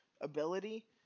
ability